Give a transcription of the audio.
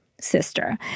sister